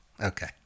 okay